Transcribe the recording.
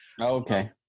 Okay